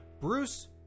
Bruce